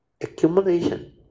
accumulation